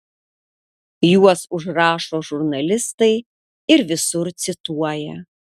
juos užrašo žurnalistai ir visur cituoja